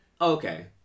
okay